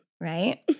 Right